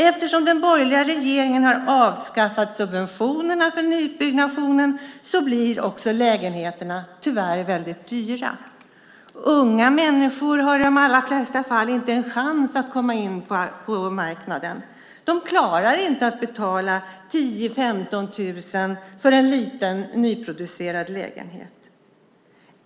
Eftersom den borgerliga regeringen har avskaffat subventionerna till nybyggnation blir lägenheterna tyvärr väldigt dyra. I de allra flesta fall har unga människor inte en chans att komma in på bostadsmarknaden. De klarar inte att betala 10 000-15 000 i hyra för en liten nyproducerad lägenhet.